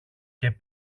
και